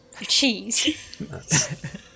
Cheese